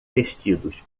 vestidos